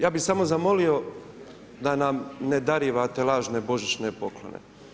Ja bi samo zamolio da nam ne darivate lažne božićne poklone.